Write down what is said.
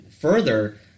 further